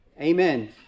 Amen